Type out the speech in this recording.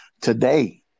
today